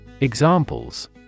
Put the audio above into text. Examples